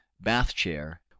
bath-chair